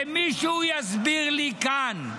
שמישהו יסביר לי כאן,